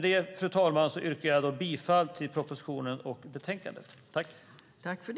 Fru talman! Jag yrkar bifall till förslaget i betänkandet. I detta anförande instämde Bodil Ceballos .